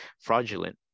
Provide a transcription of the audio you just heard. fraudulent